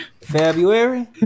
February